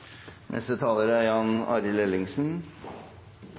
neste omgang. Neste taler er